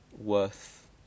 worth